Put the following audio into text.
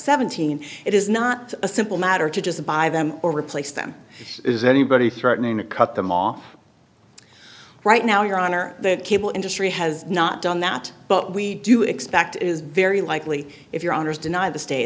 seventeen it is not a simple matter to just buy them or replace them is anybody threatening to cut them off right now your honor the cable industry has not done that but we do expect is very likely if your owners deny the sta